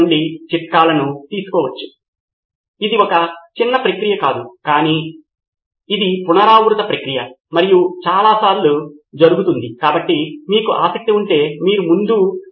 నితిన్ కురియన్ మీ పరంగా ఒక నిర్దిష్ట విషయము చదివాను మరియు నేను ఆ విషయము నుండి ఒక ప్రశ్నతో వచ్చాను మరియు సామ్ అదే విషయము నుండి మరొక ప్రశ్నతో వస్తాడు కాబట్టి మీరు చూస్తున్నవి మరిన్ని రకమైన ప్రశ్నలు మీకు ఆ అంశం అవగాహన బాగా ఉంటుంది కాబట్టి సమయం స్పష్టంగా ఒక అవరోధంగా ఉంటుంది అనే విషయాన్ని దృష్టిలో ఉంచుకుని